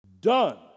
done